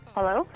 Hello